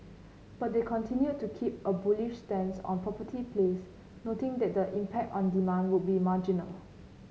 but they continued to keep a bullish stance on property plays noting that the impact on demand would be marginal